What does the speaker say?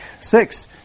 Six